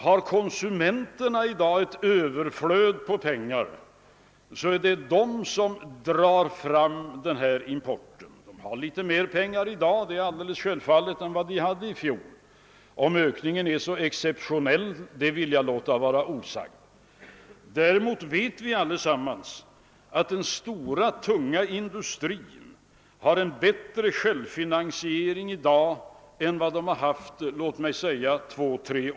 Om konsumenterna i dag har ett överflöd av pengar, driver de fram denna import. De har självfallet i år också något mer pengar än i fjol. Om ökningen är på något sätt exceptionell vill jag dock låta vara osagt. Däremot vet vi alla att den tunga industrin har en bättre självfinansiering i dag än för t.ex. två eller tre år sedan.